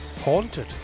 Haunted